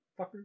fucker